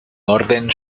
orden